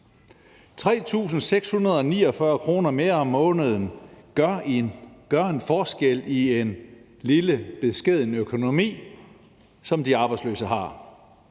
3.649 kr. mere om måneden gør en forskel i en lille beskeden økonomi, som de arbejdsløse har.